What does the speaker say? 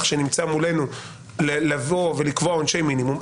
שנמצא מולנו לבוא ולקבוע עונשי מינימום,